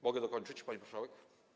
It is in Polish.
Mogę dokończyć, pani marszałek?